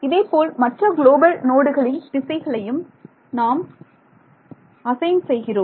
இதேபோல் மற்ற குளோபல் நோடுகளின் திசைகளையும் நாம் அசைன் செய்கிறோம்